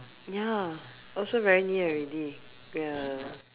ya also very near already ya